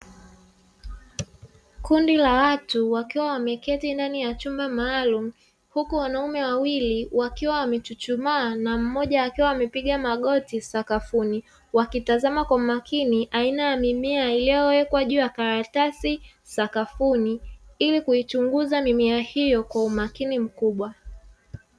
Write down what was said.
Kundi la watu wakiwa wameketi ndani ya chumba maalumu, huku wanaume wawili wakiwa wamechuchumaa na mmoja akiwa amepiga magoti sakafuni; wakitazama kwa makini aina ya mimea iliyowekwa juu ya karatasi sakafuni ili kuichunguza kwa umakini mkubwa.